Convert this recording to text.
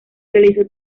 realizó